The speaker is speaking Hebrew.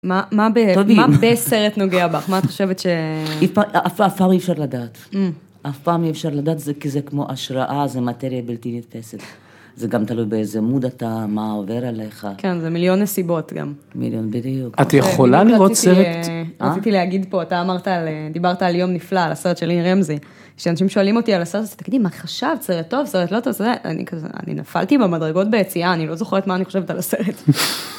מה בסרט נוגע בך? מה את חושבת ש... אף פעם אי אפשר לדעת. אף פעם אי אפשר לדעת, זה כי זה כמו השראה, זה מטריאל בלתי נתפסת. זה גם תלוי באיזה מוד אתה, מה עובר עליך. כן, זה מיליון נסיבות גם. מיליון, בדיוק. את יכולה לראות סרט? רציתי להגיד פה, אתה אמרת על... דיברת על יום נפלא, על הסרט של לין רמזי. כשאנשים שואלים אותי על הסרט הזה, תגידי, מה חשבת, סרט טוב, סרט לא טוב? זה, אני כזה, אני נפלתי במדרגות ביציאה, אני לא זוכרת מה אני חושבת על הסרט.